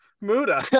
Muda